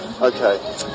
Okay